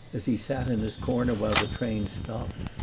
as he sat in his corner while the train stopped,